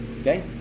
Okay